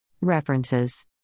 References